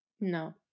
No